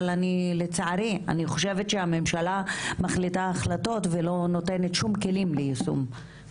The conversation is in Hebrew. אבל לצערי אני חושבת שהממשלה מחליטה החלטות ולא נותנת שום כלים ליישום.